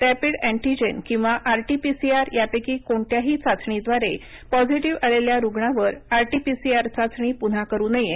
rapid antigen किंवा RT PCR यापैकी कोणत्याही चाचणीद्वारे पॉझिटीव आलेल्या रुग्णावर आरटीपीसीआर चाचणी पुन्हा करु नये